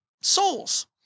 souls